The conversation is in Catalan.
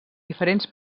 diferents